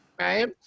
Right